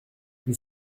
nous